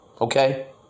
Okay